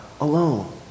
alone